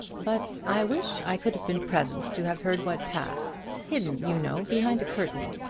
but i wish i could have been present to have heard what passed hidden, you know, behind a curtain.